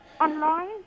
online